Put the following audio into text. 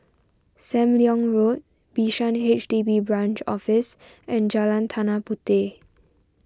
Sam Leong Road Bishan H D B Branch Office and Jalan Tanah Puteh